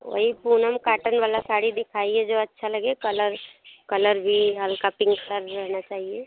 वही पूनम काटन वाला साड़ी दिखाइए जो अच्छा लगे कलर कलर भी हल्का पिंक कलर रहना चाहिए